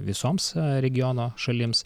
visoms regiono šalims